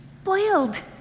Spoiled